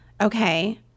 Okay